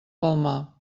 palmar